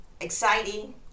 exciting